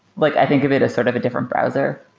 like i think of it as sort of a different browser.